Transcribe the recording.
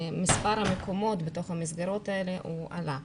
מספר המקומות בתוך המסגרות האלה עלה.